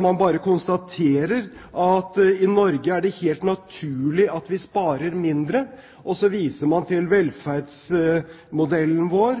Man bare konstaterer at i Norge er det helt naturlig at vi sparer mindre. Man viser til velferdsmodellen vår,